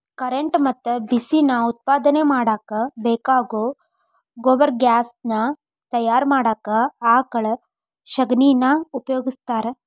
current ಮತ್ತ ಬಿಸಿ ನಾ ಉತ್ಪಾದನೆ ಮಾಡಾಕ ಬೇಕಾಗೋ ಗೊಬರ್ಗ್ಯಾಸ್ ನಾ ತಯಾರ ಮಾಡಾಕ ಆಕಳ ಶಗಣಿನಾ ಉಪಯೋಗಸ್ತಾರ